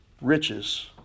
Riches